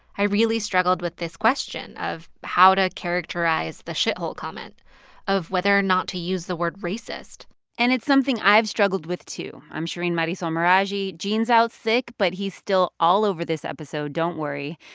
i really struggled with this question of how to characterize the shithole comment of whether or not to use the word racist and it's something i've struggled with too. i'm shereen marisol meraji. gene's out sick, but he's still all over this episode. don't worry.